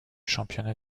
championnat